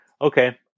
Okay